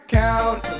count